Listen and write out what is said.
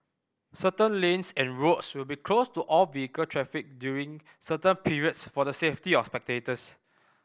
certain lanes and roads will be closed to all vehicle traffic during certain periods for the safety of spectators